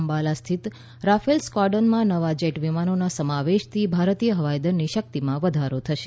અંબાલા સ્થિત રાફેલ સ્કવાડનમાં નવા જેટ વિમાનોના સમાવેશથી ભારતીય હવાઈદળની શક્તિમાં વધારો થશે